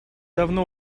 давно